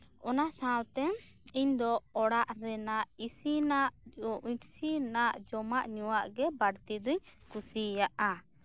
ᱚᱱᱟ ᱥᱟᱶᱛᱮ ᱤᱧᱫᱚ ᱚᱲᱟᱜ ᱨᱮᱱᱟᱜ ᱤᱥᱤᱱᱟᱜ ᱡᱚᱢᱟᱜ ᱧᱩᱣᱟᱜ ᱜᱮ ᱵᱟᱹᱲᱛᱤ ᱫᱚᱧ ᱠᱩᱥᱤᱭᱟᱜᱼᱟ